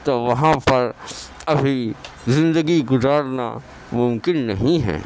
تو وہاں پر ابھی زندگی گزارنا ممکن نہیں ہے